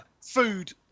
Food